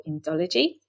Indology